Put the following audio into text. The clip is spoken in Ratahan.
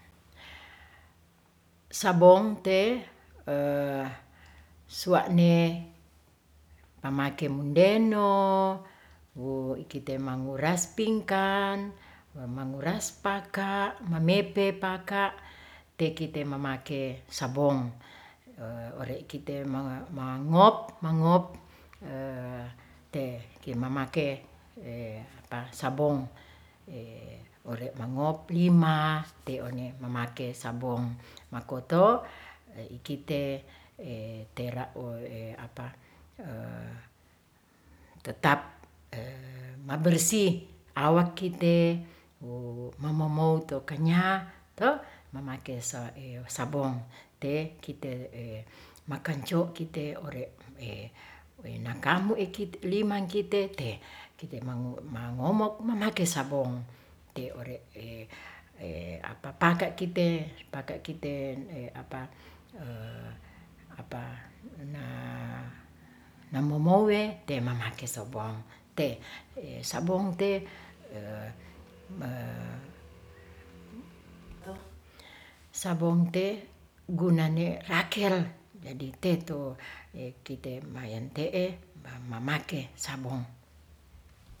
Sabong t suani pamati deno kite manguras pingkan manguran paka memepe paka tekite memake sa ma mangok mangop te kimamate e pa sabong e ore mangopi ma reo ne momake sabong makoto kite tera o tetap mabersih awak kite mo-mo-moutu kenya to momake sabong te kite e makan cu kite mareo nakambu ikit limang kite te kite ma ngomok mamake sabong te ore apa paka kite pato kite apa-apa na- nanmomowe te mamake sabong sabong t sabongte gunane rakel jadi teto kite mayen te'e mamake sabong